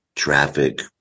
Traffic